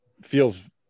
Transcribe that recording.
feels